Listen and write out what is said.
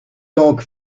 donc